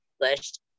published